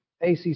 ACC